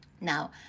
Now